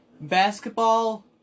Basketball